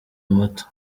muto